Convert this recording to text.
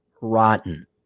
rotten